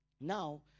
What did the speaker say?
Now